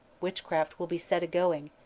witchcraft will be set a-going,